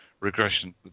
regression